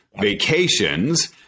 vacations